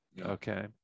okay